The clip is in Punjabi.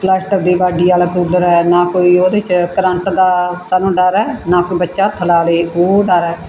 ਪਲਾਸਟਕ ਦੀ ਬਾਡੀ ਵਾਲਾ ਕੂਲਰ ਆਇਆ ਨਾ ਕੋਈ ਉਹਦੇ 'ਚ ਕਰੰਟ ਦਾ ਸਾਨੂੰ ਡਰ ਹੈ ਨਾ ਕੋਈ ਬੱਚਾ ਹੱਥ ਲਾ ਲਵੇ ਉਹ ਡਰ ਹੈ